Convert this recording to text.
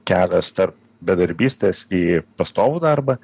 kelias tarp bedarbystės į pastovų darbą